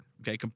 Okay